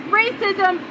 racism